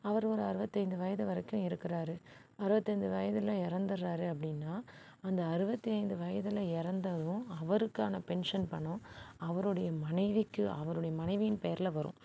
அவர் ஒரு அறுபத்தைந்து வயது வரைக்கும் இருக்கிறாரு அறுபத்தைந்து வயதில் இறந்துட்றாரு அப்படின்னா அந்த அறுபத்தி ஐந்து வயதில் இறந்ததும் அவருக்கான பென்ஷன் பணம் அவருடைய மனைவிக்கு அவருடைய மனைவியின் பெயரில் வரும்